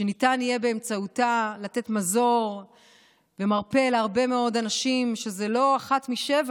שניתן יהיה באמצעותה לתת מזור ומרפא להרבה מאוד אנשים שזה לא אחת משבע,